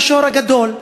מהשור הגדול.